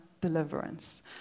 deliverance